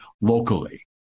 locally